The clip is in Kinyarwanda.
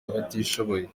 abatishoboye